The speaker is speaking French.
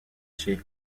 chez